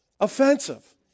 offensive